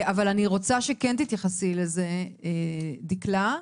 אני רוצה שכן תתייחסי לזה, דקלה,